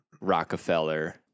Rockefeller